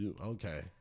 Okay